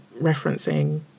referencing